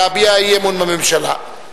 להביע אי-אמון בממשלה.